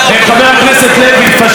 פאשיזם לא אמרתם היום.